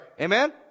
Amen